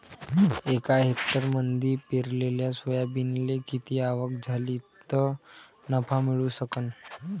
एका हेक्टरमंदी पेरलेल्या सोयाबीनले किती आवक झाली तं नफा मिळू शकन?